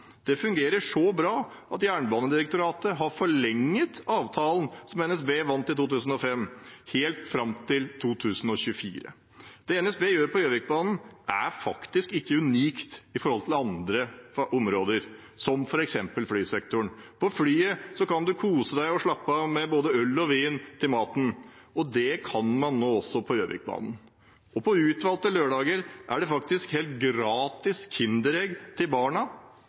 det fungerer meget bra. Det fungerer så bra at Jernbanedirektoratet har forlenget avtalen som NSB vant i 2005, helt fram til 2024. Det NSB gjør på Gjøvikbanen, er faktisk ikke unikt i forhold til andre områder, som f.eks. flysektoren. På flyet kan man kose seg og slappe av med både øl og vin til maten, og det kan man nå også på Gjøvikbanen, og på utvalgte lørdager er det faktisk gratis kinderegg til barna.